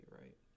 right